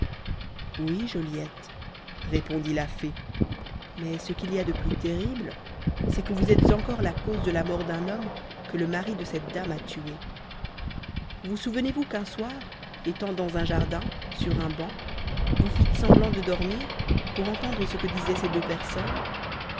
oui joliette reprit la fée mais ce qu'il y a de plus terrible c'est que vous êtes encore la cause de la mort d'un homme que le mari de cette dame a tué vous souvenez-vous qu'un soir étant dans un jardin sur un banc vous fites semblant de dormir pour entendre ce que disaient ces deux personnes